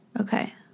Okay